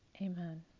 Amen